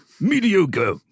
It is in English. Mediocre